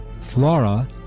Flora